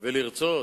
ולרצות